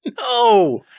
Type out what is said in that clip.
No